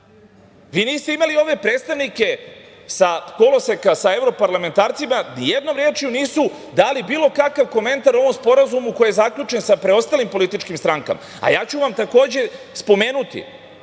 Vi niste imali ove predstavnike sa koloseka sa evroparlamentarcima, nijednom rečju nisu dali bilo kakav komentar u ovom sporazumu koji je zaključen sa preostalim političkim strankama, a ja ću vam takođe spomenuti